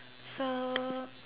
so